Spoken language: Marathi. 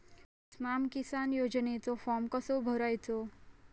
स्माम किसान योजनेचो फॉर्म कसो भरायचो?